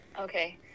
Okay